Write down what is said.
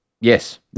yes